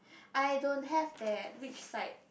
I don't have that which side